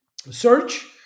search